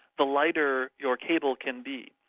the lighter your cable can be,